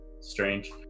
strange